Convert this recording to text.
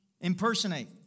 impersonate